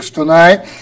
tonight